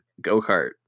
go-kart